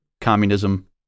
communism